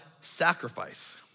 sacrifice